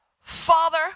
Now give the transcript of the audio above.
Father